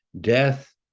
Death